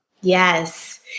Yes